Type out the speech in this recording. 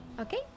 Okay